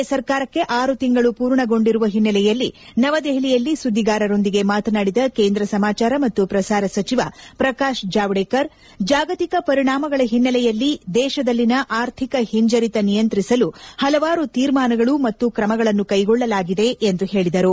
A ಸರ್ಕಾರಕ್ಷೆ ಆರು ತಿಂಗಳು ಪೂರ್ಣಗೊಂಡಿರುವ ಹಿನೈಲೆಯಲ್ಲಿ ನವದೆಹಲಿಯಲ್ಲಿ ಸುಧಿಗಾರರೊಂದಿಗೆ ಮಾತನಾಡಿದ ಕೇಂದ್ರ ಸಮಾಚಾರ ಮತ್ತು ಪ್ರಸಾರ ಸಚಿವ ಪ್ರಕಾಶ್ ಜಾವ್ಗೆಕರ್ ಜಾಗತಿಕ ಪರಿಣಾಮಗಳ ಹಿನ್ನೆಲೆಯಲ್ಲಿ ದೇಶದಲ್ಲಿನ ಆರ್ಥಿಕ ಹಿಂಜರಿತ ನಿಯಂತ್ರಿಸಲು ಪಲವಾರು ತೀರ್ಮಾನಗಳು ಮತ್ತು ಕ್ರಮಗಳನ್ನು ಕೈಗೊಳ್ಟಲಾಗಿದೆ ಎಂದು ಹೇಳಿದರು